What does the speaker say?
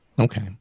Okay